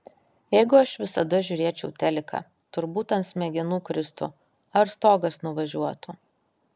jeigu aš visada žiūrėčiau teliką turbūt ant smegenų kristų ar stogas nuvažiuotų